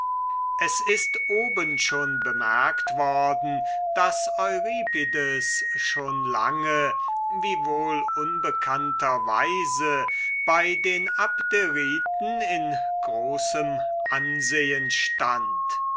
es ist oben schon bemerkt worden daß euripides schon lange wiewohl unbekannter weise bei den abderiten in großem ansehen stund